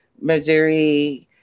Missouri